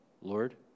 Lord